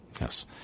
Yes